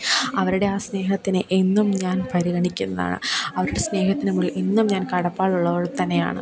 അവരുടെ ആ സ്നേഹത്തിനെ എന്നും ഞാൻ പരിഗണിക്കുന്നതാണ് അവരുടെ സ്നേഹത്തിന് മുന്നിൽ ഇന്നും ഞാൻ കടപ്പാടുള്ളവൾ തന്നെയാണ്